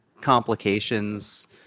complications